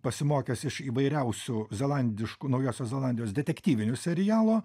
pasimokęs iš įvairiausių zelandiškų naujosios zelandijos detektyvinių serialo